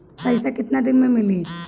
पैसा केतना दिन में मिली?